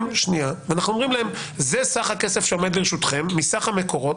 אנחנו אומרים לה: זה סך הכסף שעומד לרשותכם מסך המקורות.